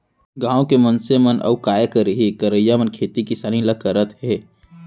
गॉंव के मनसे मन अउ काय करहीं करइया मन खेती किसानी ल करत हें